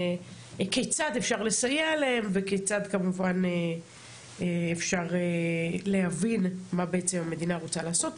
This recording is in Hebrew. כיצד אפשר לסייע להם וכיצד כמובן אפשר להבין מה בעצם המדינה רוצה לעשות.